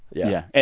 yeah yeah.